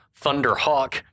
Thunderhawk